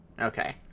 Okay